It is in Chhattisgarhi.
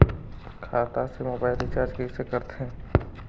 खाता से मोबाइल रिचार्ज कइसे करथे